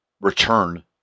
return